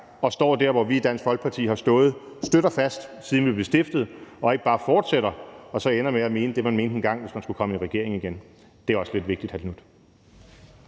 og står der, hvor vi i Dansk Folkeparti har stået støt og fast, siden vi blev stiftet; at man ikke bare fortsætter og ender med at mene det, man mente engang, altså hvis man skulle komme i regering igen. Det er også lidt vigtigt, hr. Marcus Knuth.